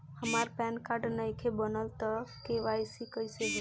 हमार PAN card नईखे बनल त के.वाइ.सी कइसे होई?